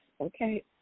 Okay